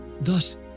Thus